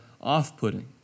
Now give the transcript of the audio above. off-putting